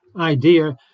idea